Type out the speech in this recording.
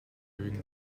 during